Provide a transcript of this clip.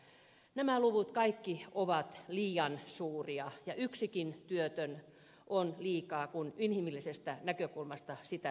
kaikki nämä luvut ovat liian suuria ja yksikin työtön on liikaa kun inhimillisestä näkökulmasta sitä tarkastellaan